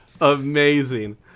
Amazing